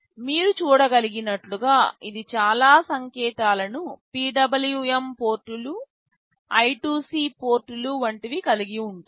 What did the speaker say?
మీరు చూడగలిగినట్లుగా ఇది చాలా సంకేతాలను PWM పోర్టులు I2C పోర్టులు వంటివి కలిగి ఉంటారు